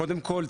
קודם כל,